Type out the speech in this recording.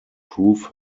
prove